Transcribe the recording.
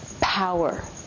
power